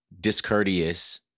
discourteous